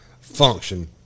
function